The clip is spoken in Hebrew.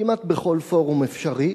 כמעט בכל פורום אפשרי,